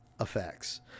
effects